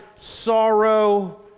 sorrow